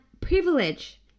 privilege